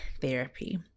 therapy